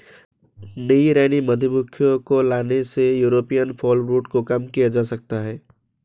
नई रानी मधुमक्खी को लाने से यूरोपियन फॉलब्रूड को कम किया जा सकता है